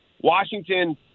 Washington